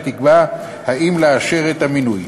שתקבע אם לאשר את המינוי.